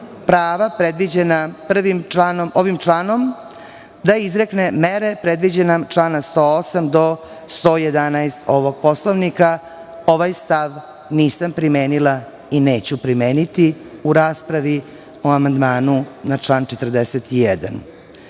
prava predviđena ovim članom, izrekne mere predviđene članom 108. do 111. ovog poslovnika. Ovaj stav nisam primenila i neću primeniti u raspravi o amandmanu na član